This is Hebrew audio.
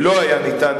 לא היה ניתן,